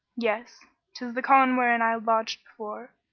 yes tis the khan wherein i lodged before.